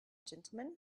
gentlemen